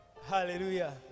Hallelujah